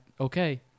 Okay